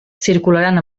circularan